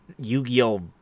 Yu-Gi-Oh